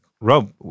Rob